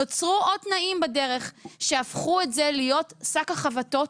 נוצרו עוד תנאים בדרך שהפכו את זה להיות שק החבטות